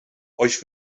euch